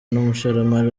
n’umushoramari